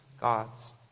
God's